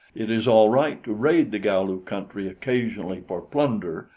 it is all right to raid the galu country occasionally for plunder,